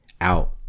Out